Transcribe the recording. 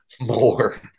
more